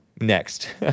next